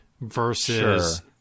versus